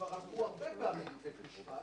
וכבר הלכו הרבה פעמים לבית משפט,